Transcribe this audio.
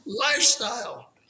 lifestyle